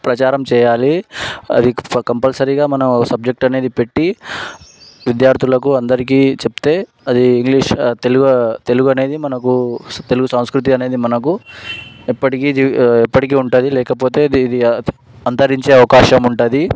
ప్రచారం చేయాలి అది కంపల్సరిగా మనం సబ్జెక్టు అనేది పెట్టి విద్యార్థులకు అందరకి చెబితే అది ఇంగ్లీష్ తెలుగు తెలుగు అనేది మనకు తెలుగు సాంస్కృతి అనేది మనకు ఎప్పటికీ ఎప్పటికీ ఉంటుంది లేకపోతే అంతరించే అవకాశం ఉంటుంది